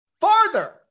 farther